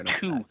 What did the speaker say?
two